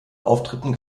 auftritten